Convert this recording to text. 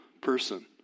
person